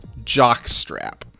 Jockstrap